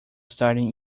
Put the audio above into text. starting